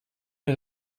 mir